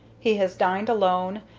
he has dined alone,